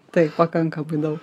taip pakankamai daug